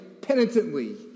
penitently